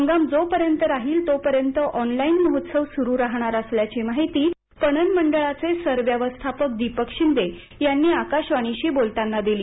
हंगाम जोपर्यत राहील तोपर्यंत ऑनलाईन महोत्सव सुरु राहणार असल्याची माहीती पणन मंडळाचे सरव्यवस्थापक दीपक शिंदे यांनी आकाशवाणीशी बोलताना दिली